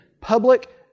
public